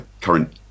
current